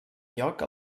lloc